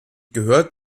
gehört